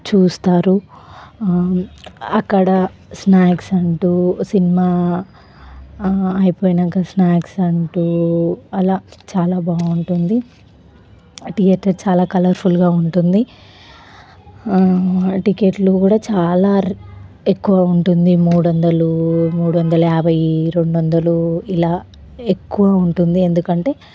చూస్తారు అక్కడ స్నాక్స్ అంటూ సినిమా అయిపోయాక స్నాక్స్ అంటూ అలా చాలా బాగుంటుంది థియేటర్ చాలా కలర్ఫుల్గా ఉంటుంది టికెట్లు కూడా చాలా ఎక్కువ ఉంటుంది మూడు వందలు మూడు వందల యాభై రెండు వందలు ఇలా ఎక్కువ ఉంటుంది ఎందుకంటే